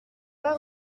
pas